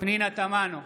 פנינה תמנו,